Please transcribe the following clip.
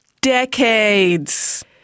decades